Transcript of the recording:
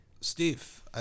Steve